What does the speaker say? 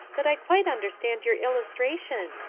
that i quite understand your illustration.